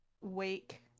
wake